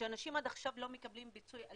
כשאנשים עד עכשיו לא מקבלים פיצוי על